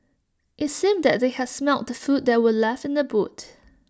IT seemed that they had smelt the food that were left in the boot